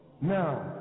Now